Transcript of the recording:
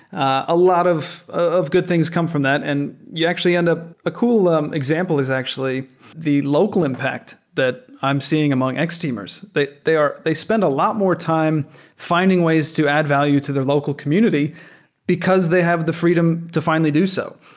a lot of of good things come from that and you actually end up a cool um example is actually the local impact that i'm seeing among x-teamers. they they are they spend a lot more time fi nding ways to add value to their local community because they have the freedom to fi nally do so.